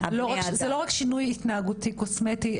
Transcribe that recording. זה לא רק השינוי התנהגותי קוסמטי,